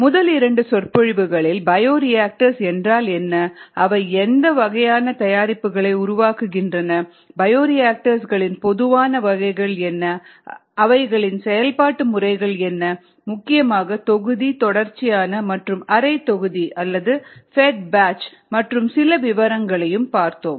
முதல் இரண்டு சொற்பொழிவுகளில் பயோரியாக்டர்ஸ் என்றால் என்ன அவை எந்த வகையான தயாரிப்புகளை உருவாக்குகின்றன பயோரியாக்டர்ஸ் களின் பொதுவான வகைகள் என்ன அவைகளின் செயல்பாட்டு முறைகள் என்ன முக்கியமாக தொகுதி தொடர்ச்சியான மற்றும் அரை தொகுதி அல்லது ஃபெட் பேட்ச் மற்றும் சில விவரங்களையும் பார்த்தோம்